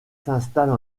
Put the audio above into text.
s’installe